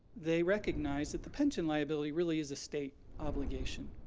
they recognize that the pension liability really is a state obligation.